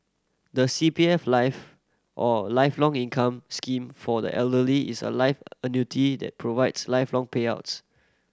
the C P F Life or Lifelong Income Scheme for the Elderly is a life annuity that provides lifelong payouts